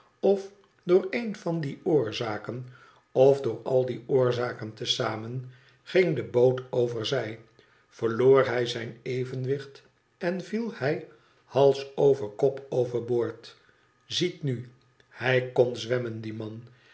of door een van die oorzaken of door al die oorzaken te zamen ging de boot over zij verloor hij zijn evenwicht en viel hij hals over kop over boord ziet nu hij kon zwemmen die man